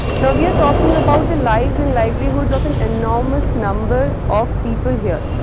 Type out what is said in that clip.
now, we are talking about the lives and livelihoods of an enormous number of people here.